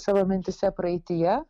savo mintyse praeityje